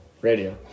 radio